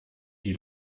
die